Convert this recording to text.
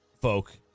folk